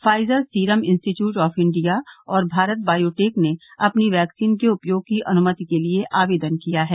Pfizer Serum Institute of India Bharat भारत बायोटेक ने अपनी वैक्सीन के उपयोग की अनुमति के लिए आवेदन किया है